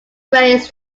raised